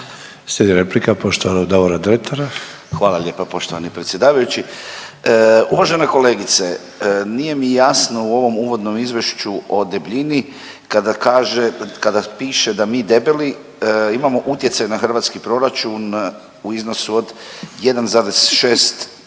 Dretara. **Dretar, Davor (DP)** Hvala vam lijepa poštovani predsjedavajući. Uvažena kolegice nije mi jasno u ovom uvodnom izvješću o debljini kada kaže, kada piše da mi debeli imamo utjecaj na hrvatski proračun u iznosu od 1,6